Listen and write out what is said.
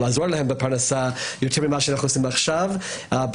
לעזור להם בפרנסה יותר ממה שאנחנו עושים עכשיו בתהליך,